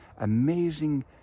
amazing